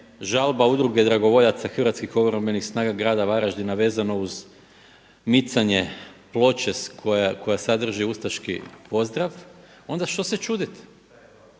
žalba Udruge dragovoljaca hrvatskih obrambenih snaga grada Varaždina vezano uz micanje ploče koja sadrži ustaški pozdrav onda šta se čudite.